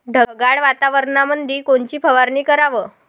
ढगाळ वातावरणामंदी कोनची फवारनी कराव?